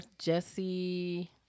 Jesse